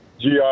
GI